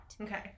Okay